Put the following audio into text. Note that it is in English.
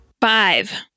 Five